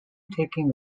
taking